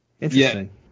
interesting